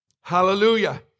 Hallelujah